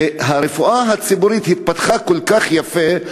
הרפואה הציבורית התפתחה כל כך יפה,